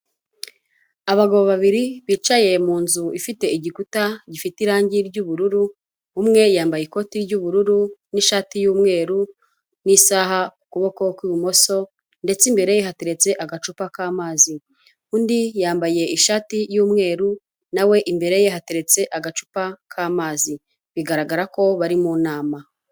Abagabo babiri bicaye mu nzu ifite igikuta, gifite irangi ry'ubururu, umwe yambaye ikoti ry'ubururu n'ishati y'umweru n'isaha ku kuboko kw'ibumoso ndetse imbere ye hateretse agacupa k'amazi, undi yambaye ishati y'umweru na we imbere ye hateretse agacupa k'amazi, bigaragara ko bari mu nama.